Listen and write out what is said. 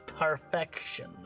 Perfection